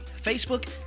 Facebook